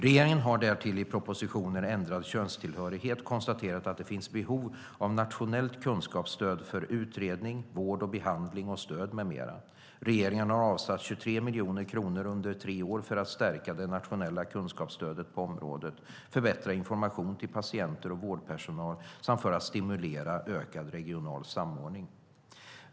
Regeringen har därtill i propositionen Ändrad könstillhörighet konstaterat att det finns behov av nationellt kunskapsstöd för utredning, vård, behandling, stöd med mera. Regeringen har avsatt 23 miljoner kronor under tre år för att stärka det nationella kunskapsstödet på området, förbättra information till patienter och vårdpersonal och stimulera ökad regional samordning.